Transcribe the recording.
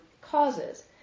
causes